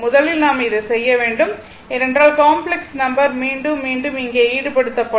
முதலில் நாம் இதைச் செய்ய வேண்டும் ஏனென்றால் காம்ப்ளக்ஸ் நம்பர் மீண்டும் மீண்டும் இங்கே ஈடுபடுத்தப்படும்